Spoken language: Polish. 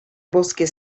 boskie